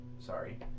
Sorry